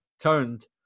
turned